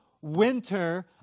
winter